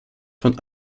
von